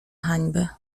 hańby